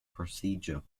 procedure